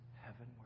heavenward